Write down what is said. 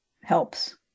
Helps